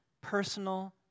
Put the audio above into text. personal